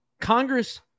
Congress